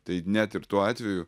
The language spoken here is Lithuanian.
tai net ir tuo atveju